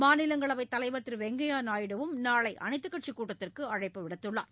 மாநிலங்களவைத் தலைவர் திரு வெங்கய்யா நாயுடுவும் நாளை அனைத்துக் கட்சிக் கூட்டத்திற்கு அழைப்பு விடுத்துள்ளார்